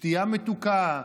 שתייה מתוקה,